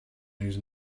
news